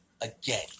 again